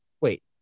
Wait